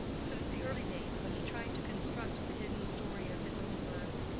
since the early days when he tried to construct the hidden story of his own birth,